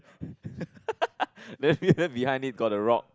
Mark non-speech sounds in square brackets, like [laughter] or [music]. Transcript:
[laughs] then this one behind it got the rock